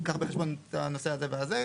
שייקח בחשבון נושא זה וזה.